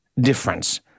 difference